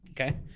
Okay